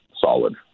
solid